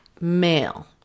male